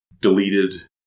Deleted